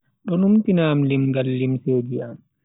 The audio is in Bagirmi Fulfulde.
Do numtina am limngaal limseji am.